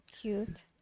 cute